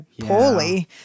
poorly